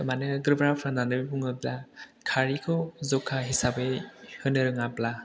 मानो गोब्राब होननानै बुङोब्ला खारैखौ जखा हिसाबै होनो रोङाब्ला